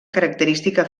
característica